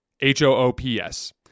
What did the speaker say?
H-O-O-P-S